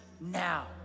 now